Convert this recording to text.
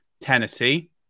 Tennessee